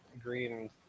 green